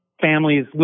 families